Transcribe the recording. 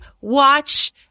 watch